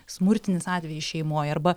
smurtinis atvejis šeimoj arba